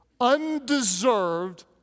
undeserved